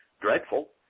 dreadful